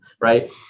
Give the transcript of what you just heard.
Right